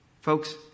Folks